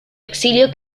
exilio